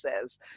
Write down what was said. says